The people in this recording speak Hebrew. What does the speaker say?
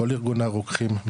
כל ארגוני הרוקחים,